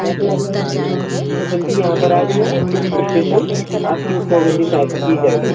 हाँ तो आप हाँ जितना जल्दी यहाँ पर आ जाएँगे पुलिस इस्टेसन आपकी उतना जल्दी सहायता की जाएगी